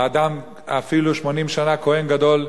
אדם אפילו 80 שנה כוהן גדול,